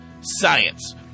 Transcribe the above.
science